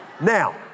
Now